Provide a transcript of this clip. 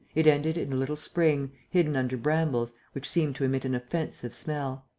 it ended in a little spring, hidden under brambles, which seemed to emit an offensive smell.